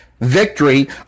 victory